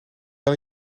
wel